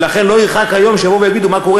ולכן לא ירחק היום שיבואו ויגידו: מה קורה